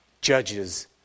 judges